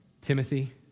Timothy